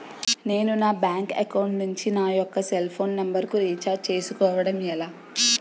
నేను నా bank account నుంచి నా యెక్క సెల్ ఫోన్ నంబర్ కు రీఛార్జ్ చేసుకోవడం ఎలా?